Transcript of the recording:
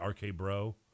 RK-Bro